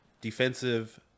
Defensive